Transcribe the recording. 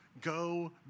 Go